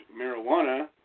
marijuana